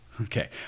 Okay